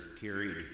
carried